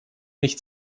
nicht